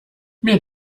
mir